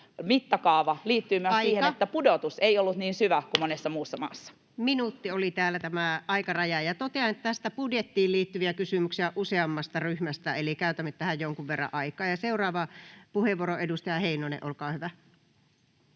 mittakaava liittyy myös siihen, [Puhemies: Aika!] että pudotus ei ollut niin syvä kuin monessa muussa maassa. Minuutti oli täällä aikaraja. — Totean, että näitä budjettiin liittyviä kysymyksiä on useammasta ryhmästä, eli käytämme tähän jonkun verran aikaa. — Seuraava puheenvuoro, edustaja Heinonen, olkaa hyvä.